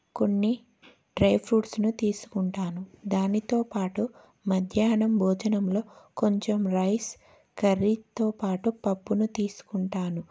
కొన్ని డ్రైఫ్రూట్స్ను తీసుకుంటాను దానితో పాటు మధ్యాహ్నం భోజనంలో కొంచెం రైస్ కర్రీతో పాటు పప్పును తీసుకుంటాను